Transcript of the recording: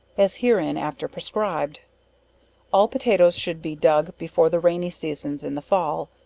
as herein after prescribed all potatoes should be dug before the rainy seasons in the fall,